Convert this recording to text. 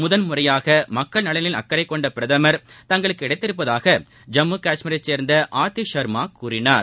முதன்முறையாக மக்கள் நலனில் அக்கறை கொண்ட பிரதமா் தங்களுக்கு கிடைத்திருப்பதாக ஜம்மு காஷ்மீரை சேர்ந்த ஆர்த்தி ஷா்மா கூறினார்